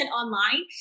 online